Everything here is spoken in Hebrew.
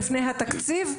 לפני התקציב,